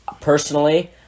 personally